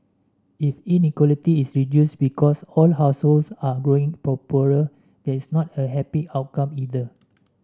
if inequality is reduced because all households are growing poorer is not a happy outcome either